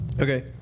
Okay